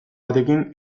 batekin